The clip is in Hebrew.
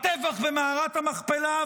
הטבח במערת המכפלה,